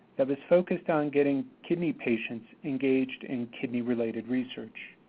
that was focused on getting kidney patients engaged in kidney-related research.